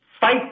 fight